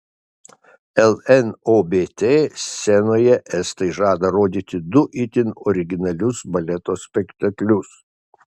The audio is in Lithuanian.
lnobt scenoje estai žada rodyti du itin originalius baleto spektaklius